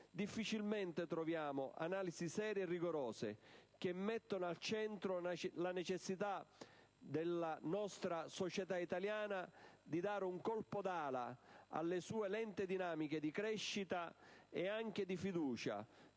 difficilmente troviamo analisi serie e rigorose, che mettano al centro la necessità della società italiana di dare un colpo d'ala alle sue lente dinamiche di crescita e anche di fiducia,